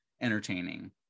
entertaining